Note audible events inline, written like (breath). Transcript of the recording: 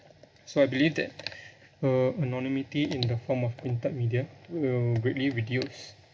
so I believe that (breath) uh anonymity in the form of printed media will greatly reduce